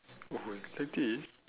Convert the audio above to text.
that is